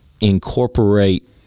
incorporate